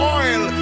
oil